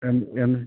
എന്ത് എന്ത്